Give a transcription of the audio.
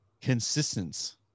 Consistence